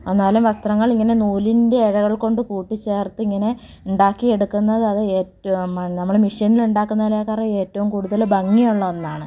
എന്നാലും വസ്ത്രങ്ങൾ ഇങ്ങനെ നൂലിൻ്റെ എഴകൾ കൊണ്ട് കൂട്ടി ചേർത്ത് ഇങ്ങനെ ഉണ്ടാക്കി എടുക്കുന്നത് അത് ഏറ്റവും നമ്മൾ മിഷീനിൽ ഉണ്ടാക്കുന്നതിനെക്കാൾ ഏറ്റവും കൂടുതൽ ഭംഗിയുള്ള ഒന്നാണ്